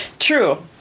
True